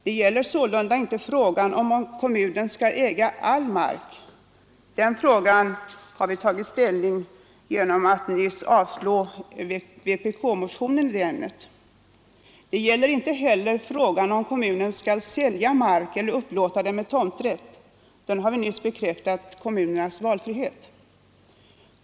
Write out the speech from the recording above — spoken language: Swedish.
Det gäller sålunda inte frågan, huruvida kommunerna skall äga all mark — den frågan har vi tagit ställning till genom att nyss avslå vpk-motionen i det ämnet. Det gäller inte heller frågan, om kommunerna skall sälja mark eller upplåta den med tomträtt — där har vi nyss bekräftat kommunernas valfrihet.